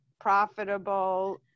profitable